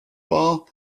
war